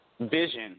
Vision